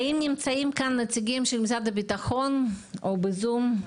האם נמצאים כאן נציגים של משרד הביטחון או בזום?